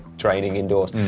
training indoors.